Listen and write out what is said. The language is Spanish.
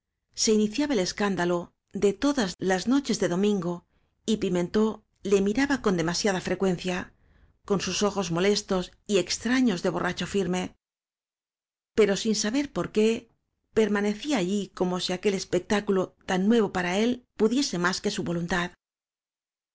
se iniciaba el escándalo de todas las noches de domingo y pimentó le miraba con demasiada frecuencia con sus ojos molestos y extraños de borracho firme pero sin saber por qué perma necía allí como si aquel espectáculo tan nuevopara él pudiese más que su voluntad